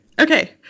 okay